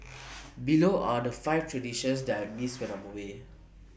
below are the five traditions that I miss when I'm away